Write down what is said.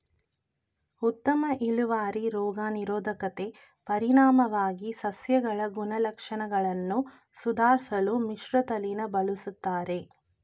ಉತ್ತಮ ಇಳುವರಿ ರೋಗ ನಿರೋಧಕತೆ ಪರಿಣಾಮವಾಗಿ ಸಸ್ಯಗಳ ಗುಣಲಕ್ಷಣಗಳನ್ನು ಸುಧಾರ್ಸಲು ಮಿಶ್ರತಳಿನ ಬಳುಸ್ತರೆ